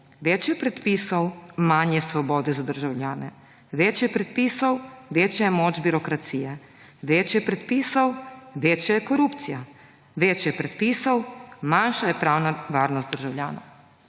Več je predpisov, manj je svobode za državljane. Več je predpisov, večja je moč birokracije. Več je predpisov, večja je korupcija. Več je predpisov, manjša je pravna varnost državljanov.